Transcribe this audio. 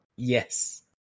Yes